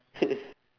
fitness